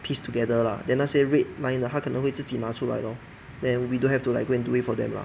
piece together lah then 那些 red lines 的他可能会自己拿出来 lor then we don't have to like go and do it for them lah